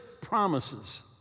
promises